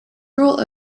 rule